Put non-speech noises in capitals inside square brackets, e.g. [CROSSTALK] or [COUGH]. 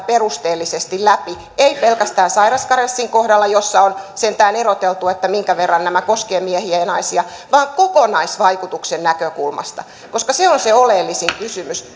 [UNINTELLIGIBLE] perusteellisesti läpi ei pelkästään sairauskarenssin kohdalla jossa on sentään eroteltu minkä verran nämä koskevat miehiä ja naisia vaan kokonaisvaikutuksen näkökulmasta koska se on se oleellisin kysymys